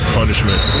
punishment